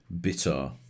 bitter